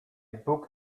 booked